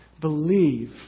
Believe